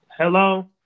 Hello